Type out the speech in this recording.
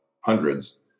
hundreds